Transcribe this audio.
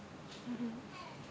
(uh huh)